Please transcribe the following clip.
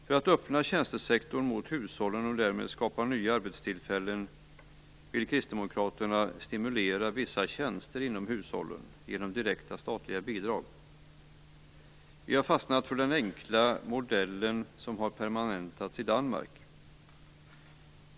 För att öppna tjänstesektorn mot hushållet och därmed skapa nya arbetstillfällen vill Kristdemokraterna stimulera vissa tjänster inom hushållen genom direkta statliga bidrag. Vi har fastnat för den enkla modellen som har permanentats i Danmark.